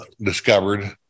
discovered